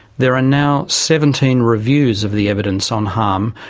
there are now seventeen reviews of the evidence on harm,